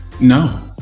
No